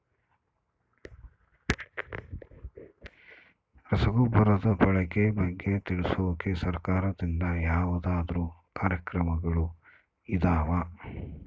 ರಸಗೊಬ್ಬರದ ಬಳಕೆ ಬಗ್ಗೆ ತಿಳಿಸೊಕೆ ಸರಕಾರದಿಂದ ಯಾವದಾದ್ರು ಕಾರ್ಯಕ್ರಮಗಳು ಇದಾವ?